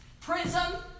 Prism